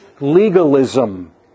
legalism